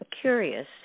curious